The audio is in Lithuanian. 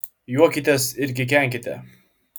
juokitės ir kikenkite